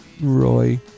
Roy